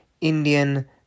Indian